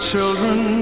children